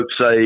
say